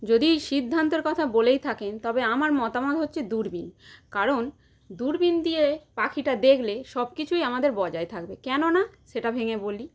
যদি সিদ্ধান্তর কথা বলেই থাকেন তবে আমার মতামত হচ্ছে দূরবীন কারণ দূরবীন দিয়ে পাখিটা দেখলে সব কিছুই আমাদের বজায় থাকবে কেননা সেটা ভেঙে বলি